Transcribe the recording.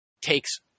takes